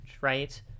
Right